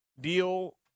deal